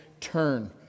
turn